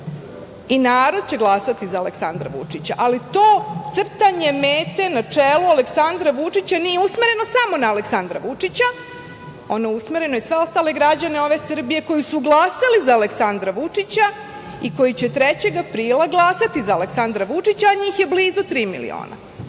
voli. Narod će glasati za Aleksandra Vučića, ali to crtanje meta na čelo Aleksandra Vučića nije usmereno samo na Aleksandra Vučića, ono je usmereno i na sve ostale građane ove Srbije koji su glasali za Aleksandra Vučića i koji će 3. aprila glasati za Aleksandra Vučića, a njih je blizu tri miliona